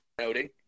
noting